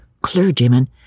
clergyman